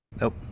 Nope